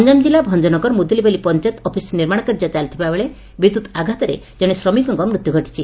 ଗଞ୍ଠାମ ଜିଲ୍ଲୁ Bhanjanagar Muddulipali panchayat office ନିର୍ମାଣ କାର୍ଯ୍ୟ ଚାଲିଥିବା ବେଳେ ବିଦ୍ୟୁତ ଆଘାତରେ କଣେ ଶ୍ରମିକଙ୍କ ମୃତ୍ୟୁ ଘଟିଛି